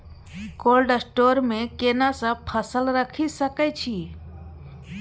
Cold store मे केना सब फसल रखि सकय छी?